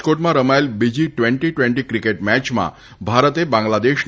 રાજકોટમાં રમાયેલ બીજી ટ્વેન્ટી ટ્વેન્ટી ક્રિકેટ મેચમાં ભારતે બાંગ્લાદેશને